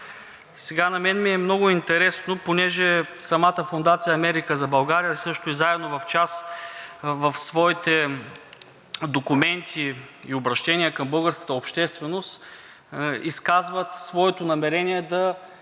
На мен ми е много интересно, понеже самата Фондация „Америка за България“, също и „Заедно в час“ в своите документи и обръщения към българската общественост изказват намерението